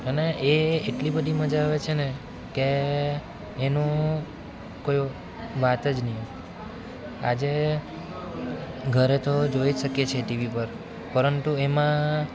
અને એ એટલી બધી મજા આવે છે ને કે એનું કોઈ વાત જ નહીં આજે ઘરે તો જોઈ જ શકીએ છીએ ટીવી પર પરંતુ એમાં